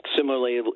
Similarly